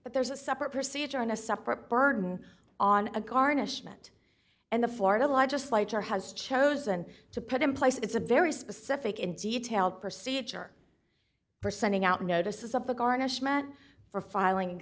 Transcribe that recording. but there is a separate procedure and a separate burden on a garnishment and the florida legislature has chosen to put in place it's a very specific and detailed procedure for sending out notices of the garnishment for filing